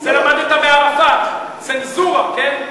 את זה למדת מערפאת, צנזורה, כן?